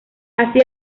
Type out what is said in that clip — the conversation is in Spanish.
así